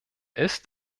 ist